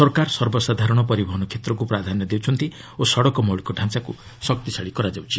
ସରକାର ସର୍ବସାଧାରଣ ପରିବହନ କ୍ଷେତ୍ରକୁ ପ୍ରାଧାନ୍ୟ ଦେଉଛନ୍ତି ଓ ସଡ଼କ ମୌଳିକ ଡାଞ୍ଚାକୁ ଶକ୍ତିଶାଳୀ କରାଯାଉଛି